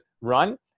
run